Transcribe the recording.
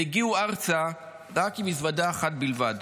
והגיעו ארצה עם מזוודה אחת בלבד.